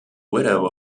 widow